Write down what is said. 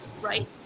right